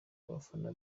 abafana